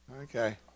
okay